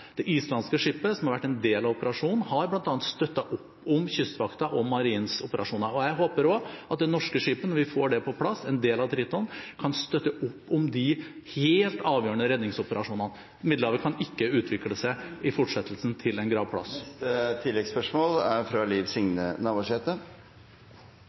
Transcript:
Det islandske skipet, som har vært en del av operasjonen, har bl.a. støttet opp om kystvaktens og marinens operasjoner. Jeg håper også at det norske skipet, når vi får det på plass som en del av Triton, kan støtte opp om de helt avgjørende redningsoperasjonene. Middelhavet kan ikke i fortsettelsen utvikle seg til en gravplass. Liv Signe Navarsete – til oppfølgingsspørsmål. Eg skjønar at ein er